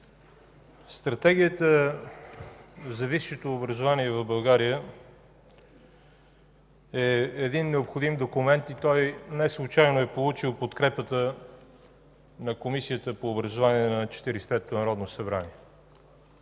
Стратегията за висшето образование в България е един необходим документ и той неслучайно е получил подкрепата на Комисията по образованието на Четиридесет